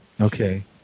Okay